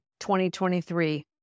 2023